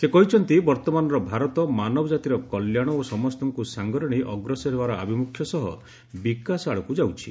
ସେ କହିଛନ୍ତି ବର୍ତ୍ତମାନର ଭାରତ ମାନବ ଜାତିର କଲ୍ୟାଣ ଓ ସମସ୍ତଙ୍କୁ ସାଙ୍ଗରେ ନେଇ ଅଗ୍ରସର ହେବାର ଆଭିମୁଖ୍ୟ ସହ ବିକାଶ ଆଡ଼କୁ ଯାଉଛି